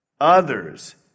Others